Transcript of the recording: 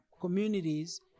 communities